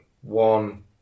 One